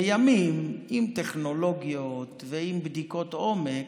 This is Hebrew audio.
לימים, עם טכנולוגיות ועם בדיקות עומק,